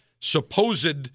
supposed